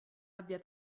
abbia